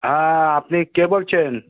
হ্যাঁ আপনি কে বলছেন